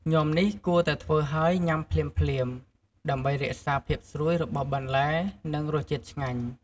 ញាំនេះគួរតែធ្វើហើយញ៉ាំភ្លាមៗ ដើម្បីរក្សាភាពស្រួយរបស់បន្លែ និងរសជាតិឆ្ងាញ់។